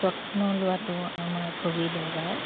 যত্ন লোৱাটো আমাৰ খুবেই দৰকাৰ